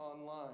online